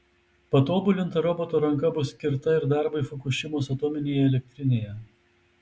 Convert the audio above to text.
patobulinta roboto ranka bus skirta ir darbui fukušimos atominėje elektrinėje